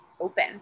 open